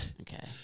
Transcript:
Okay